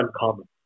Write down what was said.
uncommon